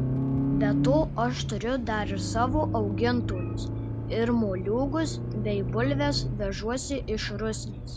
be to aš turiu dar ir savo augintojus ir moliūgus bei bulves vežuosi iš rusnės